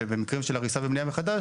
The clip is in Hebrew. במקרים של הריסה ובנייה מחדש,